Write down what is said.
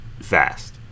fast